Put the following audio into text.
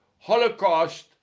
Holocaust